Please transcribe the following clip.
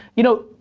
you know,